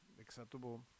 acceptable